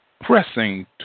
Pressing